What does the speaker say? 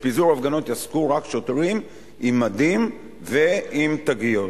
בפיזור הפגנות יעסקו רק שוטרים עם מדים ועם תגיות.